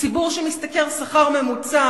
ציבור שמשתכר שכר ממוצע,